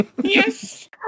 Yes